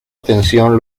atención